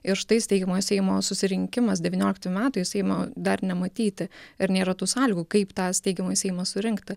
ir štai steigiamojo seimo susirinkimas devyniolikti metai seimo dar nematyti ir nėra tų sąlygų kaip tą steigiamąjį seimą surinkti